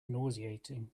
nauseating